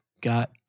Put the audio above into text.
got